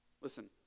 Listen